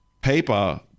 paper